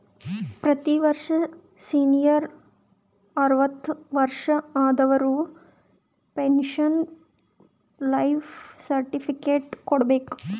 ಪ್ರತಿ ವರ್ಷ ಸೀನಿಯರ್ ಅರ್ವತ್ ವರ್ಷಾ ಆದವರು ಪೆನ್ಶನ್ ಲೈಫ್ ಸರ್ಟಿಫಿಕೇಟ್ ಕೊಡ್ಬೇಕ